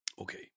Okay